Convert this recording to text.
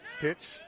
Pitch